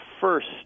first